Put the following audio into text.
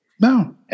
No